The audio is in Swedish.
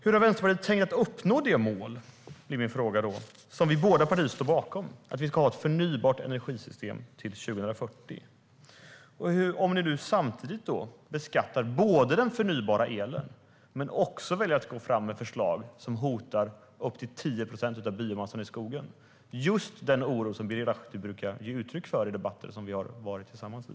Hur har Vänsterpartiet tänkt att uppnå det mål som båda våra partier står bakom, att vi ska ha ett förnybart energisystem till 2040, om ni samtidigt beskattar den förnybara elen och väljer att gå fram med förslag som hotar upp till 10 procent av biomassan i skogen? Det är just den oro som Birger Lahti brukar ge uttryck för i de debatter som vi båda har deltagit i.